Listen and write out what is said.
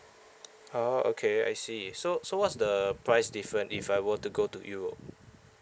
oh okay I see so so what's the price different if I were to go to europe